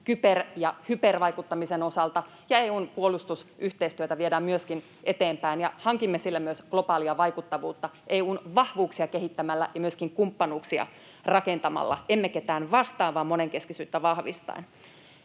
kyber- ja hypervaikuttamisen osalta. EU:n puolustusyhteistyötä viedään myöskin eteenpäin, ja hankimme sille myös globaalia vaikuttavuutta EU:n vahvuuksia kehittämällä ja myöskin kumppanuuksia rakentamalla, emme ketään vastaan vaan monenkeskisyyttä vahvistaen.